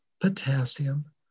potassium